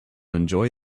enjoy